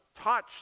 touch